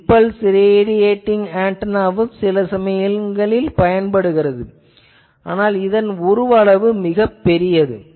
impulse radiating ஆன்டெனாவும் சில சமயங்களில் பயன்படுகிறது ஆனால் மீண்டும் இதன் உருவளவு மிகப் பெரியது